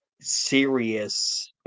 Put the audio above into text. serious